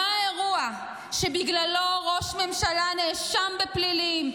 מה האירוע שבגללו ראש ממשלה נאשם בפלילים,